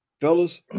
Fellas